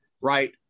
right